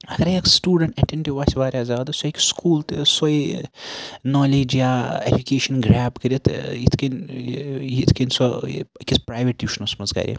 اَگرٕے اکھ student attentive آسہِ واریاہ زیادٕ سُہ ہٮ۪کہِ سکوٗل تہِ سُے نالیج یا اٮ۪جوٗکیشن گریب کٔرِتھ یِتھ کٔنۍ یِتھ کٔنۍ سۄ أکِس پریویٹ ٹوٗشنَس منٛز کرِ